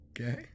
Okay